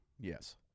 Yes